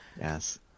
Yes